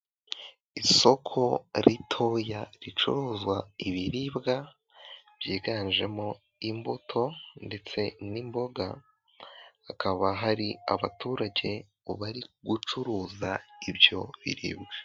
Isoko ritoya ricuruza ibiribwa byiganjemo imbuto ndetse n'imboga, hakaba hari abaturage bari gucuruza ibyo biribwa.